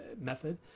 method